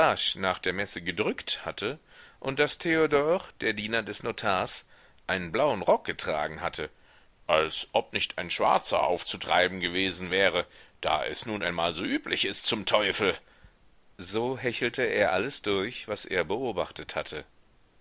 nach der messe gedrückt hatte und daß theodor der diener des notars einen blauen rock getragen hatte als ob nicht ein schwarzer aufzutreiben gewesen wäre da es nun einmal so üblich ist zum teufel so hechelte er alles durch was er beobachtet hatte